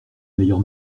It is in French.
meilleur